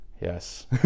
yes